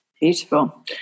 Beautiful